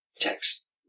text